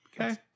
okay